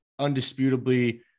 undisputably